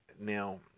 Now